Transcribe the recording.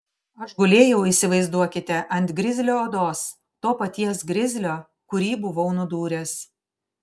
aš gulėjau įsivaizduokite ant grizlio odos to paties grizlio kurį buvau nudūręs